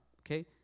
okay